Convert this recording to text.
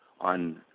on